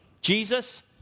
Jesus